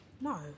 no